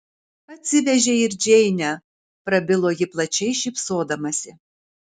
atsivežei ir džeinę prabilo ji plačiai šypsodamasi